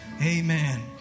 Amen